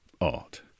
art